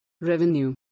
Revenue